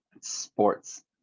sports